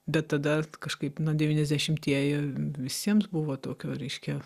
bet tada kažkaip na devyniasdešimtieji visiems buvo tokio reiškia